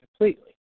completely